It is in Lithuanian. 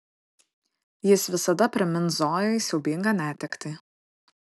jis visada primins zojai siaubingą netektį